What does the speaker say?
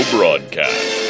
Broadcast